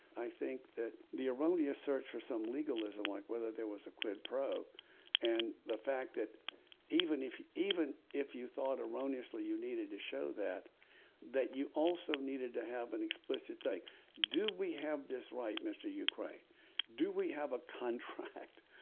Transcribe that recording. i think that the erroneous search for some legalism like whether there was a quid pro quo and the fact that even if he even if you thought erroneously you needed to show that that you also needed to have an explicit they do we have this right mr. ukraine do we have a contract.